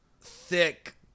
thick